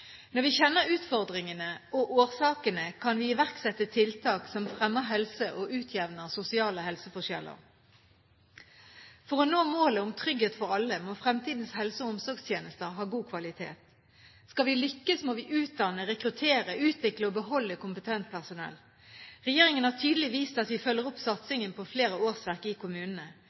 Når vi kjenner utfordringene og årsakene, kan vi iverksette tiltak som fremmer helse og utjevner sosiale helseforskjeller. For å nå målet om trygghet for alle må fremtidens helse- og omsorgstjenester ha god kvalitet. Skal vi lykkes, må vi utdanne, rekruttere, utvikle og beholde kompetent personell. Regjeringen har tydelig vist at vi følger opp satsingen på flere årsverk i kommunene.